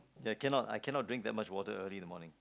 I cannot I cannot drink that much water early in the morning